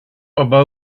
about